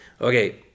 Okay